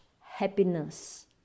happiness